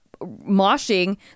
moshing